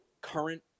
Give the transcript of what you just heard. current